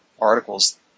articles